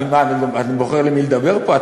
מה, אני בוחר אל מי לדבר פה?